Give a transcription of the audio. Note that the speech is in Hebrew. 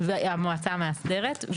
המועצה המאסדרת.